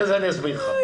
ואחרי זה אני אסביר לך.